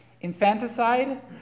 infanticide